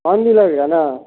ठंड भी लगेगी ना